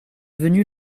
venus